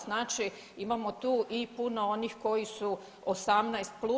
Znači imamo tu i puno onih koji su 18+